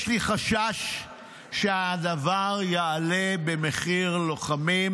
יש לי חשש שהדבר יעלה במחיר לוחמים